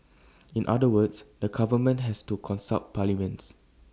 in other words the government has to consult parliament